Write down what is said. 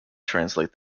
translate